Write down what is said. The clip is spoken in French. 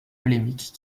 polémique